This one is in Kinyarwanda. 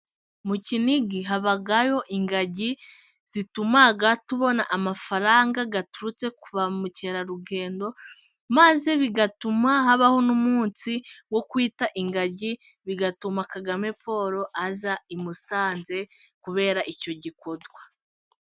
Mu kinigi habayo ingagi zituma tubona amafaranga aturutse kuri ba mukerarugendo, maze bigatuma habaho n'umunsi wo kwita ingagi, bigatuma Kagame Paul aza i Musanze kubera icyo gikorwa.